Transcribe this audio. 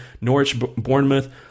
Norwich-Bournemouth-